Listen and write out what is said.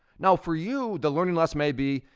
now for you, the learning lesson may be,